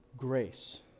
grace